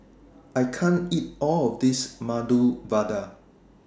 I can't eat All of This Medu Vada